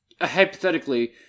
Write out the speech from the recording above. hypothetically